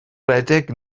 rhedeg